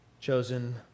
chosen